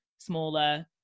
smaller